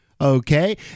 Okay